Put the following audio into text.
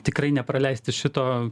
tikrai nepraleisti šito